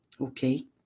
okay